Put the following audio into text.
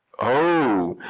oh,